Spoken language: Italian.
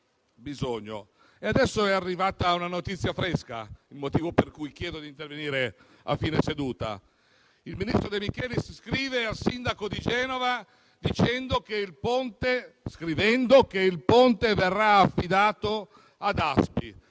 E adesso è arrivata una notizia fresca, motivo per cui chiedo di intervenire a fine seduta: il ministro De Micheli scrive al sindaco di Genova che il ponte verrà affidato ad ASPI.